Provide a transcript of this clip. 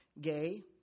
gay